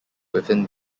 within